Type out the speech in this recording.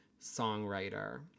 songwriter